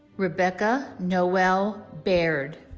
rebecca noelle baird